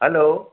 hello